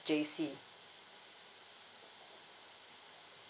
J_C